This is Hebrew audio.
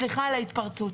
סליחה על ההתפרצות.